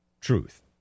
truth